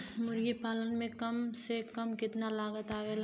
मुर्गी पालन में कम से कम कितना लागत आवेला?